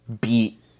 beat